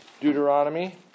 Deuteronomy